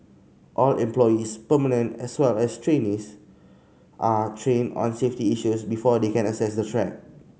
all employees permanent as well as trainees are trained on safety issues before they can access the track